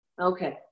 Okay